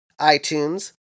iTunes